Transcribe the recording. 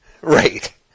Right